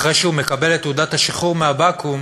אחרי שהוא מקבל את תעודת השחרור מהבקו"ם,